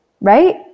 right